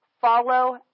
follow